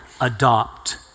adopt